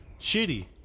Shitty